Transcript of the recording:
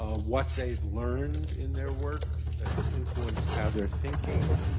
ah what they've learned in their work, that's influenced how they're thinking,